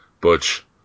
Butch